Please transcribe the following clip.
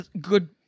good